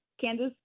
Kansas